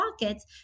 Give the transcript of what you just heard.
pockets